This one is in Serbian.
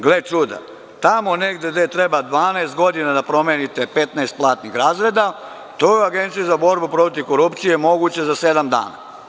Gle čuda, tamo negde gde treba 12 godina da promenite 15 platnih razreda, u Agenciji za borbu protiv korupcije je moguće za sedam dana.